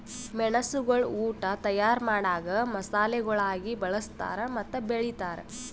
ಮೆಣಸುಗೊಳ್ ಉಟ್ ತೈಯಾರ್ ಮಾಡಾಗ್ ಮಸಾಲೆಗೊಳಾಗಿ ಬಳ್ಸತಾರ್ ಮತ್ತ ಬೆಳಿತಾರ್